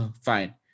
fine